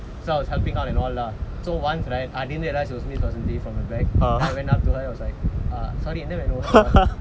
so I was helping out and all lah so once right I didn't realise it was miss vasanthi from the back then I went up to her and I was like um sorry madam you know and all